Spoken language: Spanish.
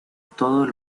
todos